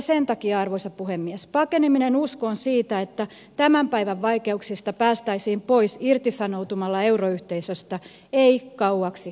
sen takia arvoisa puhemies pakeneminen uskoon siitä että tämän päivän vaikeuksista päästäisiin pois irtisanoutumalla euroyhteisöstä ei kauaksi kanna